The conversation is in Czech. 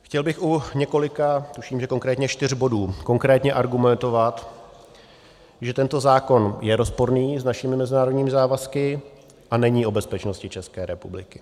Chtěl bych u několika myslím konkrétně čtyř bodů konkrétně argumentovat, že tento zákon je rozporný s našimi mezinárodními závazky a není o bezpečnosti České republiky.